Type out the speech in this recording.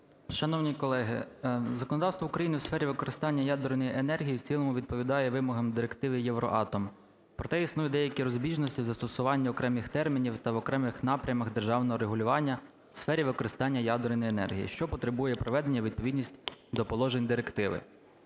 Шановні колеги, законодавство України у сфері використання ядерної енергії в цілому відповідає вимогам Директиви Евроатом, проте існують деякі розбіжності в застосуванні окремих термінів та в окремих напрямах державного регулювання в сфері використання ядерної енергії, що потребує приведення у відповідність до положень директиви.